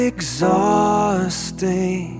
Exhausting